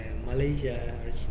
Malaysia